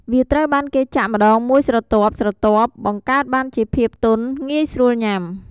វាត្រូវបានគេចាក់ម្តងមួយស្រទាប់ៗ បង្កើតបានជាភាពទន់ងាយស្រួលញុាំ។